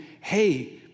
hey